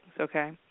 okay